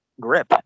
grip